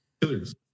Killers